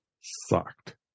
sucked